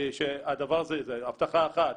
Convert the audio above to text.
הבטחה אחת,